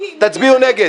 תצביעו נגד,